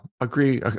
Agree